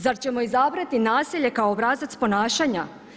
Zar ćemo izabrati nasilje kao obrazac ponašanja?